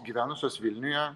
gyvenusios vilniuje